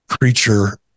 creature